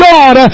God